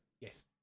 Yes